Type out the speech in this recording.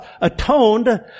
atoned